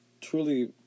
truly